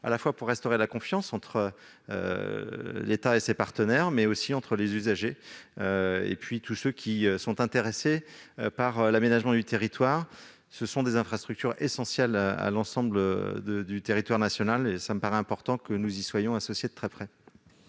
pour restaurer la confiance entre l'État et ses partenaires, mais aussi celle des usagers et de tous ceux qui sont intéressés par l'aménagement du territoire. Ces infrastructures sont essentielles pour l'ensemble du territoire national et il me paraît important que nous soyons associés de très près